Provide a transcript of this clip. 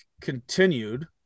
continued